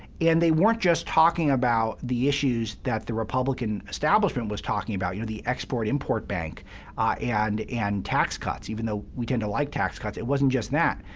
and they weren't just talking about the issues that the republican establishment was talking about you know, the export import bank and and tax cuts, even though we tend to like tax cuts. it wasn't just that.